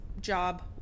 job